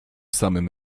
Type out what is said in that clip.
samym